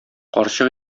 карчык